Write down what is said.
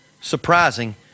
surprising